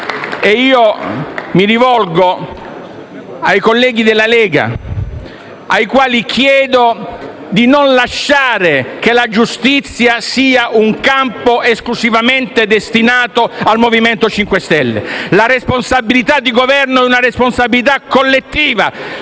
Mi rivolgo ai colleghi della Lega, ai quali chiedo di non lasciare che la giustizia sia un campo esclusivamente destinato al MoVimento 5 Stelle; la responsabilità di Governo è collettiva: